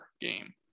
game